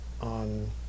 on